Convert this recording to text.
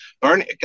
Bernie